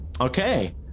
Okay